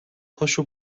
پاشو